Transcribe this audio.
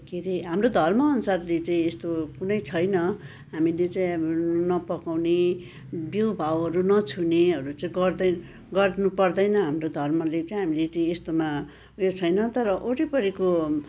के अरे हाम्रो धर्मअनुसारले चाहिँ यस्तो कुनै छैन हामीले चाहिँ नपकाउने बिउ भाउहरू नछुनेहरू चाहिँ गर्दैन गर्नु पर्दैन हाम्रो धर्मले चाहिँ हामी यस्तोमा उयो छैन तर वरिपरिको